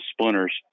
splinters